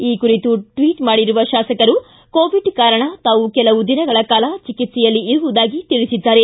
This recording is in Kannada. ಈ ಕುರಿತು ಟ್ವೀಟ್ ಮಾಡಿರುವ ಶಾಸಕರು ಕೋವಿಡ್ ಕಾರಣ ತಾವು ಕೆಲವು ದಿನಗಳ ಕಾಲ ಚಿಕ್ಲೆಯಲ್ಲಿ ಇರುವುದಾಗಿ ತಿಳಿಸಿದ್ದಾರೆ